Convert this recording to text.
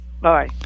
Bye